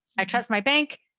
i trust my bank.